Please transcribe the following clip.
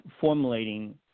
formulating